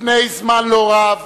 לפני זמן לא רב